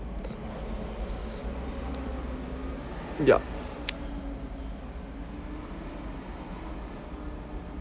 yup